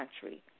country